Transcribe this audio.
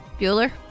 Bueller